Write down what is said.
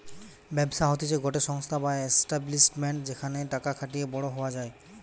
ব্যবসা হতিছে গটে সংস্থা বা এস্টাব্লিশমেন্ট যেখানে টাকা খাটিয়ে বড়ো হওয়া যায়